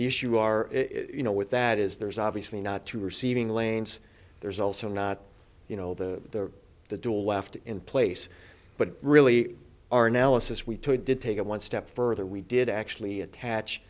issue are you know what that is there is obviously not true receiving lanes there's also not you know the the dual left in place but really are now us as we did take it one step further we did actually attach